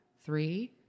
Three